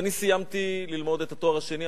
כשאני סיימתי ללמוד את התואר השני,